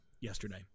yesterday